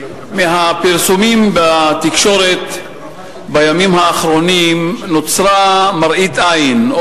מהפרסומים בתקשורת בימים האחרונים נוצרה מראית עין,